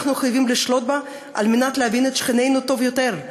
שפה שאנחנו חייבים לשלוט בה כדי להבין את שכנינו טוב יותר,